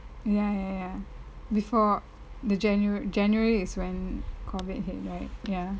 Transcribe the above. ya ya ya before the januar~ january is when COVID hit right ya